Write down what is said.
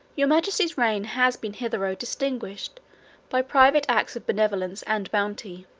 your majesty's reign has been hitherto distinguished by private acts of benevolence and bounty